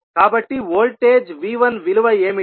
కాబట్టి voltage V1 విలువ ఏమిటి